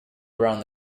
around